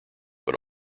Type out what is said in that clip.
but